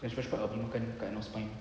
kau cepat cepat gi makan kat northpoint